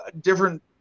different